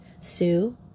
Sue